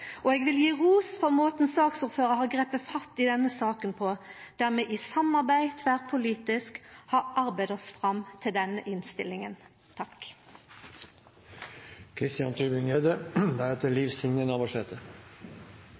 og eg vil gje ros for måten saksordføraren har gripe fatt i denne saka på, der vi i samarbeid, tverrpolitisk, har arbeidd oss fram til denne innstillinga.